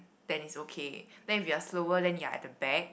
then is okay then if you are slower then you are at the back